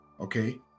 Okay